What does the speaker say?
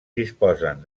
disposen